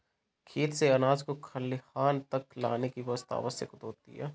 खेत से अनाज को खलिहान तक लाने की व्यवस्था आवश्यक होती है